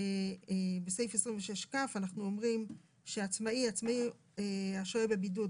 בסעיף 26כ אנחנו אומרים שעצמאי השוהה בבידוד,